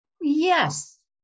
Yes